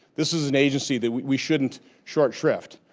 this is an agency that we shouldn't short shrift.